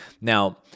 Now